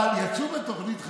אבל יצאו בתוכנית חדשה,